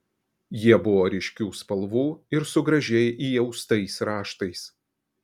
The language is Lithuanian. jie buvo ryškių spalvų ir su gražiai įaustais raštais